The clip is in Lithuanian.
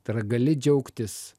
tai yra gali džiaugtis